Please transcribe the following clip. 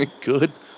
Good